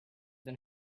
than